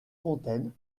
fontaine